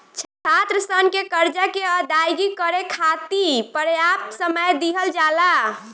छात्रसन के करजा के अदायगी करे खाति परयाप्त समय दिहल जाला